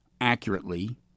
accurately